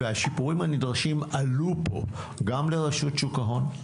והשיפורים הנדרשים עלו פה גם לרשות שוק ההון,